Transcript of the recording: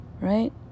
right